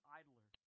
idler